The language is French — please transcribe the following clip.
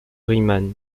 riemann